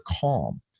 calm